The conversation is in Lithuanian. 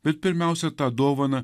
bet pirmiausia tą dovaną